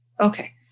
Okay